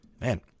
Man